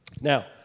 Now